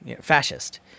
Fascist